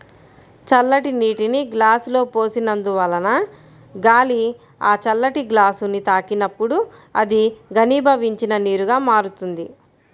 చల్లటి నీటిని గ్లాసులో పోసినందువలన గాలి ఆ చల్లని గ్లాసుని తాకినప్పుడు అది ఘనీభవించిన నీరుగా మారుతుంది